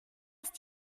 ist